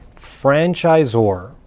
franchisor